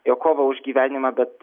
jo kovą už gyvenimą bet